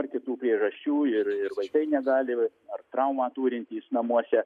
ar kitų priežasčių ir vaikai negali ar traumą turintys namuose